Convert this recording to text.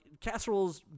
casseroles